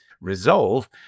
RESOLVE